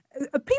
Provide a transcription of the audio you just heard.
people